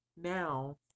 now